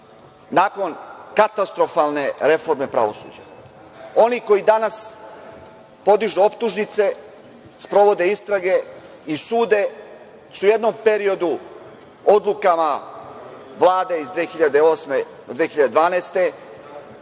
nakon katastrofalne reforme pravosuđa. Oni koji danas podižu optužnice, sprovode istrage i sude su u jednom periodu odlukama Vlade iz 2008-2012.